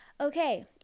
Okay